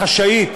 החשאית,